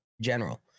general